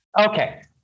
Okay